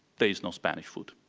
there is no spanish food.